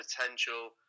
potential